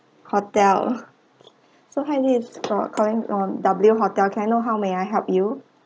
hotel so hi this ah calling on W hotel can know how may I help you